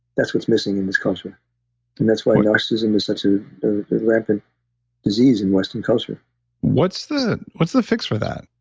that's what's missing in this culture and that's why narcissism is such a rampant disease in western culture what's the what's the fix for that?